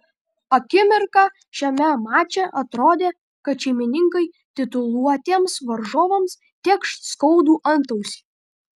akimirką šiame mače atrodė kad šeimininkai tituluotiems varžovams tėkš skaudų antausį